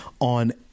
on